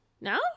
No